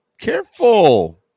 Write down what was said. careful